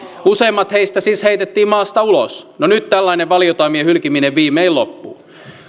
useimmat heistä siis heitettiin maasta ulos no nyt tällainen valiotaimien hylkiminen viimein loppuu